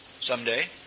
Someday